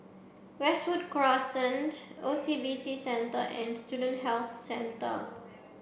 Westwood Crescent O C B C Centre and Student Health Centre